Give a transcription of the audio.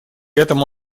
этому